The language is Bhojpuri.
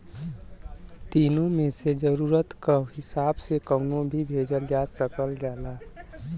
तीनो मे से जरुरत क हिसाब से कउनो भी भेजल जा सकल जाला